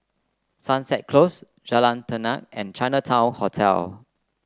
Sunset Close Jalan Tenang and Chinatown Hotel